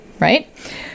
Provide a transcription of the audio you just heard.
right